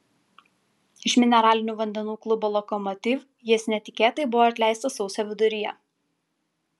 iš mineralinių vandenų klubo lokomotiv jis netikėtai buvo atleistas sausio viduryje